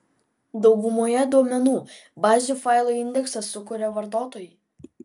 daugumoje duomenų bazių failo indeksą sukuria vartotojai